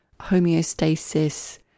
homeostasis